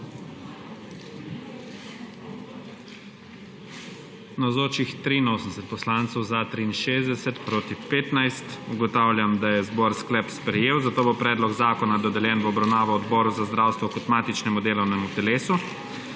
proti 15. (Za je glasovalo 63.) (Proti 15.) Ugotavljam, da je zbor sklep sprejel, zato bo predlog zakona dodeljen v obravnavo Odboru za zdravstvo kot matičnemu delovnemu telesu.